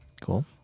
Cool